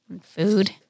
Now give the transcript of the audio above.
food